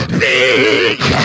big